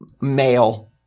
male